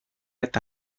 eta